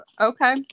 Okay